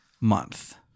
month